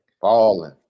Falling